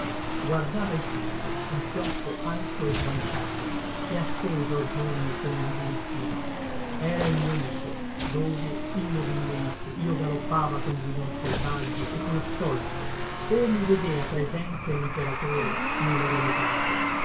guardava il tutto un pioppo alto e slanciato chiassoso a giorni come un biricchino era il mio nido dove immobilmente io galoppava con guidon selvaggio e con astolfo o mi vedea presente limperatore